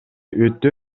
өтө